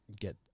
Get